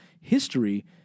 history